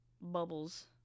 bubbles